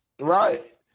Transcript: Right